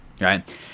right